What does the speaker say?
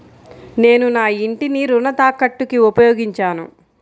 నేను నా ఇంటిని రుణ తాకట్టుకి ఉపయోగించాను